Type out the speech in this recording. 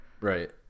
Right